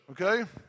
okay